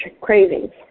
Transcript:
cravings